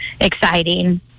exciting